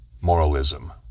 moralism